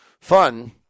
fun